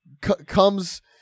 comes